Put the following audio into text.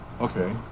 Okay